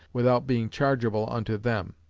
without being chargeable unto them.